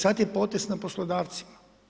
Sada je potez na poslodavcima.